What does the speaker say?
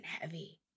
heavy